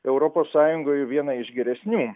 europos sąjungoj viena iš geresnių